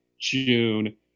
June